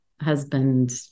husband